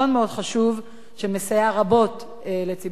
שמסייע רבות לציבור הסטודנטים בישראל.